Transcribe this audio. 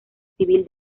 civil